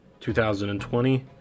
2020